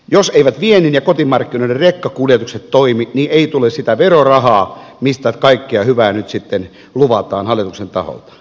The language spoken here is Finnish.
jos eivät viennin ja kotimarkkinoiden rekkakuljetukset toimi niin ei tule sitä verorahaa mistä kaikkea hyvää nyt sitten luvataan hallituksen taholta